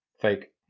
Fake